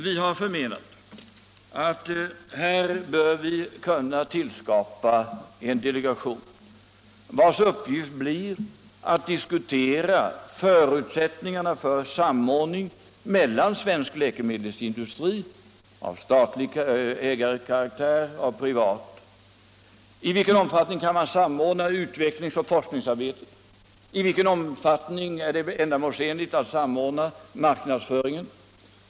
Vi menar att vi här bör kunna tillskapa en delegation vars uppgift blir att diskutera följande frågor: Vilka förutsättningar finns för en samordning mellan svensk läkemedelsindustri av statlig resp. privat karaktär? I vilken omfattning kan man samordna utveckling och forskningsarbete? I vilken omfattning är det ändamålsenligt att samordna marknadsföringen?